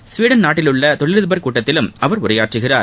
Sweden நாட்டிலுள்ள தொழிலதிபர் கூட்டத்திலும் அவர் உரையாற்றுகிறார்